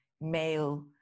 male